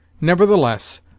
Nevertheless